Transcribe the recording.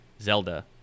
Zelda